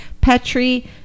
Petri